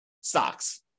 stocks